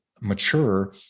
mature